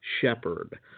shepherd